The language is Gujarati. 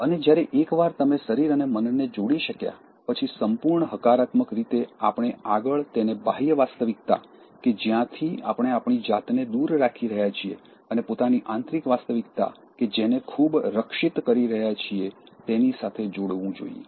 અને જ્યારે એકવાર તમે શરીર અને મનને જોડી શક્યા પછી સંપૂર્ણ હકારાત્મક રીતે આપણે આગળ તેને બાહ્ય વાસ્તવિકતા કે જ્યાંથી આપણે આપણી જાતને દૂર રાખી રહ્યા છીએ અને પોતાની આંતરિક વાસ્તવિકતા કે જેને ખૂબ રક્ષિત કરી રહ્યા છીએ તેની સાથે જોડવું જોઈએ